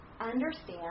understand